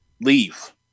Leave